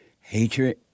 hatred